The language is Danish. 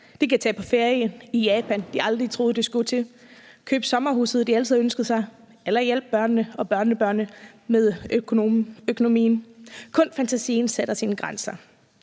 De kan tage på ferie i Japan, som de aldrig troede de skulle til, købe sommerhuset, de altid har ønsket sig, eller hjælpe børnene og børnebørnene med økonomien – kun fantasien sætter grænser.